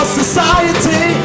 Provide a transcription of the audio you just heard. society